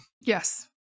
Yes